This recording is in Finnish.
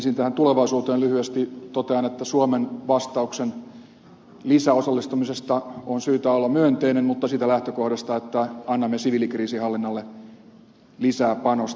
ensin tästä tulevaisuudesta lyhyesti totean että suomen vastauksen lisäosallistumisesta on syytä olla myönteinen mutta siitä lähtökohdasta että annamme siviilikriisinhallinnalle lisää panosta